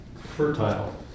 Fertile